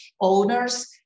owners